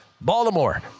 baltimore